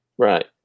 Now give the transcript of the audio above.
Right